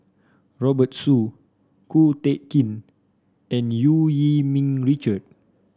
Robert Soon Ko Teck Kin and Eu Yee Ming Richard